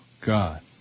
God